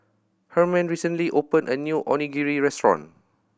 Hermine recently opened a new Onigiri Restaurant